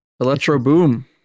Electro-boom